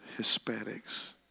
Hispanics